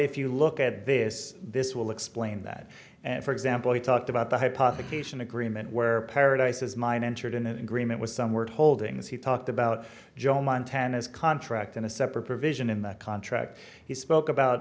if you look at this this will explain that for example he talked about the hypothecation agreement where paradise is mine entered in an agreement with some work holdings he talked about joe montana's contract in a separate provision in the contract he spoke about